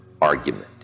argument